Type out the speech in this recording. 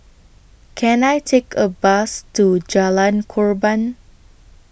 Can I Take A Bus to Jalan Korban